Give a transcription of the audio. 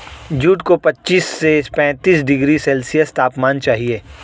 jute को पच्चीस से पैंतीस डिग्री सेल्सियस तापमान चाहिए